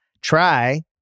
Try